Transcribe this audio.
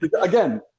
Again